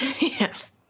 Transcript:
Yes